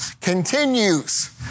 continues